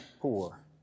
poor